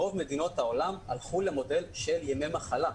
ברוב מדינות העולם הלכו למודל של ימי מחלה.